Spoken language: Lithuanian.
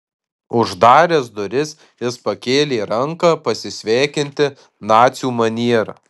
uždaręs duris jis pakėlė ranką pasisveikinti nacių maniera